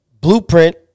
blueprint